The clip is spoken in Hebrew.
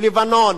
לבנון,